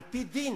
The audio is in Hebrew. על-פי דין,